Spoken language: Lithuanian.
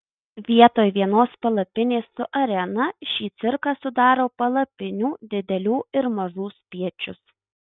vietoj vienos palapinės su arena šį cirką sudaro palapinių didelių ir mažų spiečius